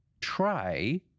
try